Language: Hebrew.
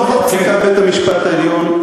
נוכח פסיקת בית-המשפט העליון,